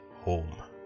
home